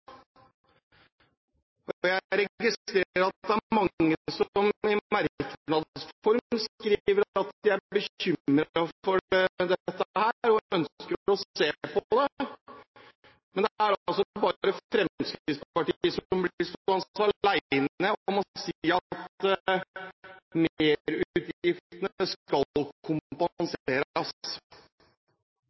Jeg registrerer at det er mange som i merknadsform skriver at de er bekymret for dette og ønsker å se på det. Men Fremskrittspartiet blir stående alene om å si at merutgiftene skal